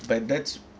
but that's